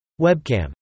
Webcam